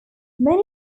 many